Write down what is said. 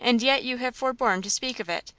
and yet you have forborne to speak of it,